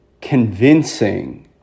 convincing